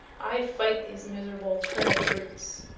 i'd fight these miserable turnip-roots!